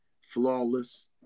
flawless